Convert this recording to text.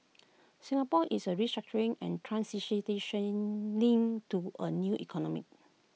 Singapore is A restructuring and transitioning to A new economy